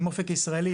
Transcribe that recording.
עם "אופק ישראלי",